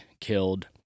killed